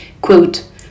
Quote